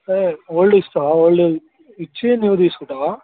సరే ఓల్డ్ ఇస్తావా ఓల్డ్ది ఇచ్చి న్యూ తీసుకుంటావా